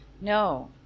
No